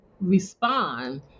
respond